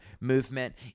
movement